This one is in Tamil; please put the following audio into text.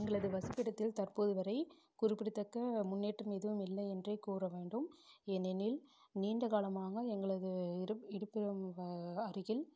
எங்களது வசிப்பிடத்தில் தற்போது வரை குறிப்பிடத்தக்க முன்னேற்றம் எதுவும் இல்லை என்றே கூற வேண்டும் ஏனெனில் நீண்ட காலமாக எங்களது இருப்பிடம் அருகில்